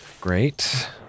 Great